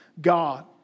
God